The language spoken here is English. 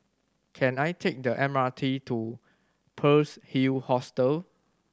can I take the M R T to Pearl's Hill Hostel